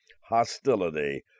hostility